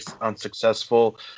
unsuccessful